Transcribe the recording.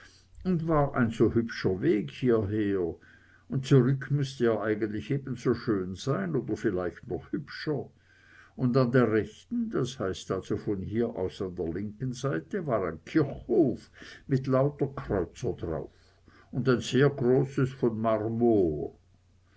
und war ein so hübscher weg hierher und zurück muß er eigentlich ebenso hübsch sein oder vielleicht noch hübscher und an der rechten das heißt also von hier aus an der linken seite war ein kirchhof mit lauter kreuzer drauf und ein sehr großes von